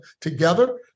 together